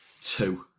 Two